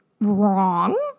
wrong